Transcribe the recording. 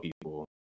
people